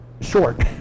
short